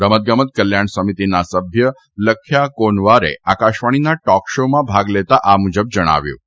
રમતગમત કલ્યાણ સમિતીના સભ્ય લખ્યા કોનવારે આકાશવાણીના ટોક શોમાં ભાગ લેતા આ મુજબ જણાવ્યું હતું